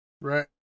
Right